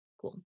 cool